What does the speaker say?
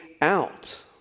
out